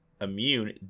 Immune